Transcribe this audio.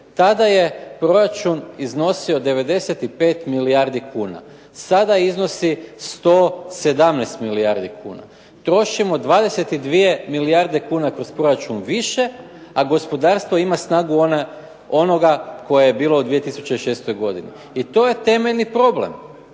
Tada je proračun iznosio 95 milijardi kuna. Sada iznosi 117 milijardi kuna. Trošimo 22 milijarde kuna kroz proračun više, a gospodarstvo ima snagu onoga koje je bilo u 2006. godini i to je temeljni problem